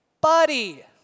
buddy